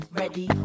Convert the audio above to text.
ready